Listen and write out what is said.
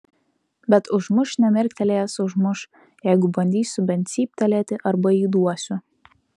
bet užmuš nemirktelėjęs užmuš jeigu bandysiu bent cyptelėti arba įduosiu